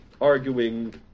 arguing